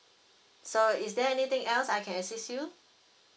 so is there anything else I can assist you